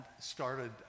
started